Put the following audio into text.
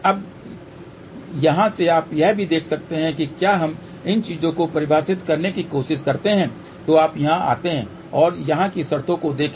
अब यहाँ से आप यह भी देख सकते हैं कि क्या हम इन चीजों को परिभाषित करने की कोशिश करते हैं जो आप यहाँ आते हैं और यहाँ की शर्तों को देखें